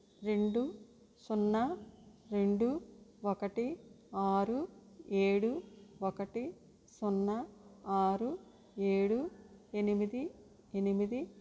రెండు సున్నా రెండు ఒకటి ఆరు ఏడు ఒకటి సున్నా ఆరు ఏడు ఎనిమిది ఎనిమిది